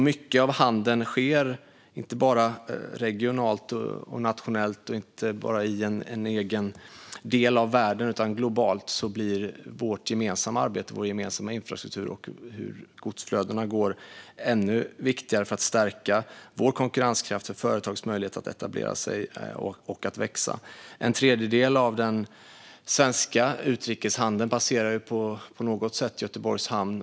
Mycket av handeln sker inte bara regionalt, nationellt eller i en egen del av världen utan globalt. Då blir vårt gemensamma arbete för vår gemensamma infrastruktur och våra godsflöden ännu viktigare för att stärka vår konkurrenskraft och våra företags möjlighet att etablera sig och växa. En tredjedel av den svenska utrikeshandeln sker på något sätt via Göteborgs hamn.